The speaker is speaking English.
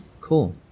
Cool